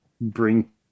bring